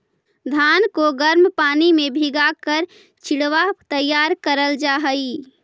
धान को गर्म पानी में भीगा कर चिड़वा तैयार करल जा हई